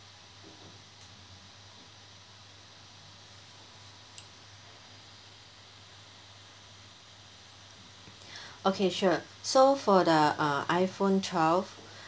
okay sure so for the uh iPhone twelve